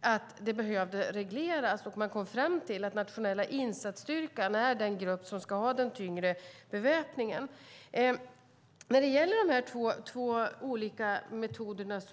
att detta behövde regleras. Man kom fram till att Nationella insatsstyrkan är den grupp som ska ha den tyngre beväpningen. Interpellanten tar upp två olika metoder.